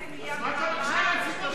4.5 מיליארד, מה אתה רוצה מהציבור?